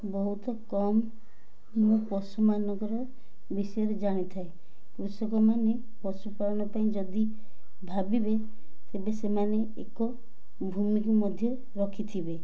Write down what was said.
ବହୁତ କମ୍ ମୁଁ ପଶୁମାନଙ୍କର ବିଷୟରେ ଜାଣିଥାଏ କୃଷକମାନେ ପଶୁପାଳନ ପାଇଁ ଯଦି ଭାବିବେ ତେବେ ସେମାନେ ଏକ ଭୂମିକୁ ମଧ୍ୟ ରଖିଥିବେ